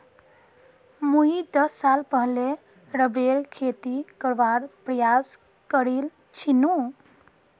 मुई दस साल पहले रबरेर खेती करवार प्रयास करील छिनु